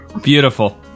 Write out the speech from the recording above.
Beautiful